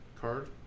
card